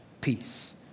peace